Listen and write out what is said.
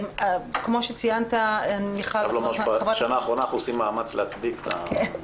בשנה האחרונה אנחנו עושים מאמץ להצדיק את זה.